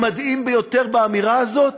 המדהים ביותר באמירה הזאת?